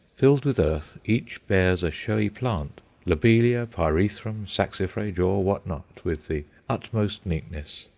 filled with earth, each bears a showy plant lobelia, pyrethrum, saxifrage, or what not, with the utmost neatness,